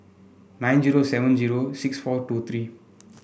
nine zero seven zero six four two three